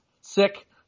sick